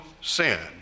sin